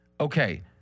Okay